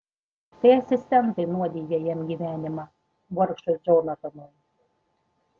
tai asistentai nuodija jam gyvenimą vargšui džonatanui